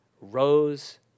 rose